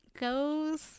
goes